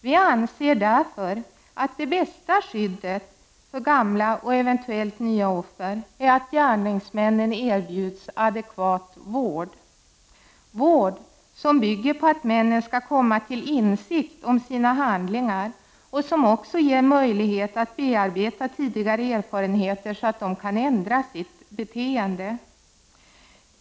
Vi anser därför att det bästa skyddet för gamla och eventuellt nya offer är att gärningsmännen erbjuds adekvat vård som bygger på att männen skall komma till insikt om sina handlingar och som också ger möjlighet att bearbeta tidigare erfarenheter så att de kan ändra sitt beteende.